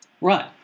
Right